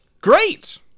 Great